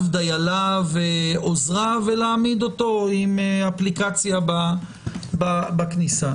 דייליו או עוזריו ולהעמיד אותו עם אפליקציה בכניסה